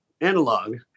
analog